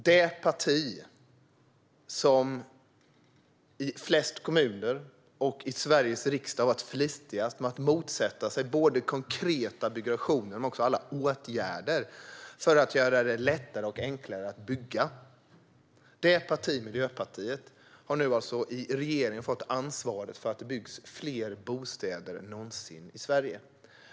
Det parti, alltså Miljöpartiet, som i många kommuner och i Sveriges riksdag har varit flitigast med att motsätta sig både konkreta byggnationer och alla åtgärder för att göra det lättare och enklare att bygga har nu alltså i regeringen fått ansvaret för att det byggs fler bostäder än någonsin i Sverige.